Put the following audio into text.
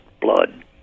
blood